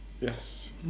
yes